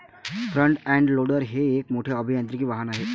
front end loader हे एक मोठे अभियांत्रिकी वाहन आहे